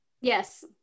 Yes